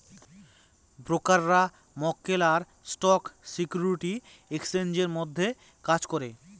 ব্রোকাররা মক্কেল আর স্টক সিকিউরিটি এক্সচেঞ্জের মধ্যে কাজ করে